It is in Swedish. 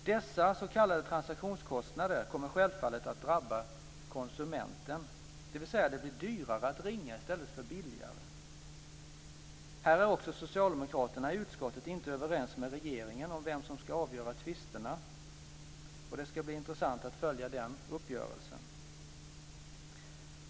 Dessa s.k. transaktionskostnader kommer självfallet att drabba konsumenten, dvs. att det blir dyrare att ringa i stället för billigare. Här är socialdemokraterna i utskottet inte överens med regeringen om vem som ska avgöra tvisterna. Det ska bli intressant att följa den uppgörelsen.